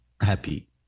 happy